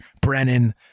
Brennan